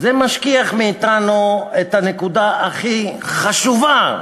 משכיחות מאתנו את הנקודה הכי חשובה,